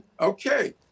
Okay